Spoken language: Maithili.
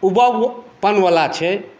उबाउपन वला छै